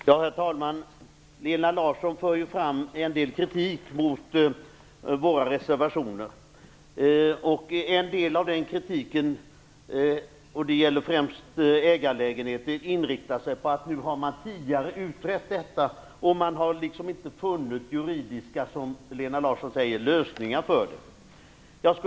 Herr talman! Lena Larsson för fram en del kritik mot våra reservationer. När det gäller ägarlägenheter handlar kritiken om att man tidigare har utrett detta och inte funnit juridiska lösningar.